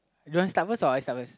you want start first or I start first